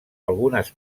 algunes